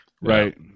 Right